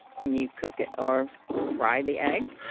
when you cook it or fry the egg.